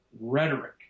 rhetoric